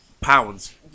Pounds